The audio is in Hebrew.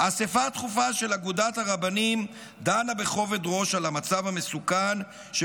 "אספה דחופה של אגודת הרבנים דנה בכובד ראש על המצב המסוכן של